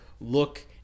look